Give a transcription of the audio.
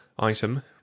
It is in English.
Item